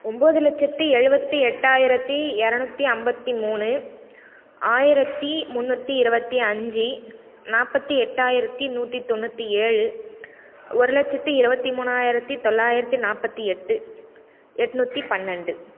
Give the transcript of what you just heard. ஒம்பது லட்சத்து எழுபத்தி எட்டாயிரத்தி இரநூத்தி ஐம்பத்தி மூணு ஆயிரத்தி முன்னூற்றி இரபத்தி அஞ்சு நாற்பத்தி எட்டாயிரத்தி நூற்றி தொண்ணூற்றி ஏழு ஒரு லட்சத்தி இருபத்தி மூணாயிரத்தி தொள்ளாயிரத்தி நாற்பத்தி எட்டு எந்நூத்தி பன்னெண்டு